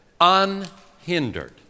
unhindered